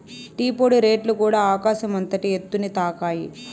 tea పొడి రేట్లుకూడ ఆకాశం అంతటి ఎత్తుని తాకాయి